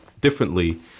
differently